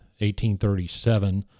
1837